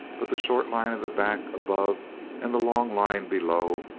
but the short line of the back above and the long line below,